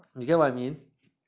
you get what I mean